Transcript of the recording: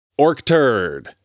OrkTurd